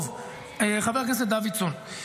חבר הכנסת דוידסון,